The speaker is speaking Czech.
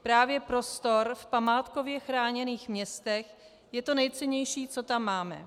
Právě prostor v památkově chráněných městech je to nejcennější, co tam máme.